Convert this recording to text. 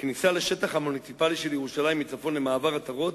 כניסה לשטח המוניציפלי של ירושלים מצפון למעבר עטרות,